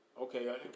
okay